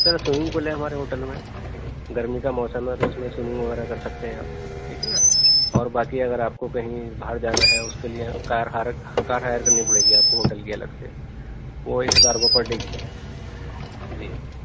سر swimming pool ہے ہمارے hotel میں گرمی کا موسم ہے تو اِس میں سویمنگ وغیرہ کر سکتے ہیں آپ ٹھیک ہے نا اور باقی اگر آپ کو کہیں باہر جانا ہے اُس کے لیے کار کار ہائر کرنی پڑے گی آپ کو ہوٹل کی الگ سے وہ ایک ہزار روپے پر ڈے کی ہے جی